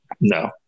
No